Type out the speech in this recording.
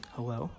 Hello